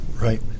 Right